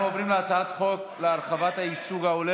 אנחנו עוברים להצעת חוק להרחבת הייצוג ההולם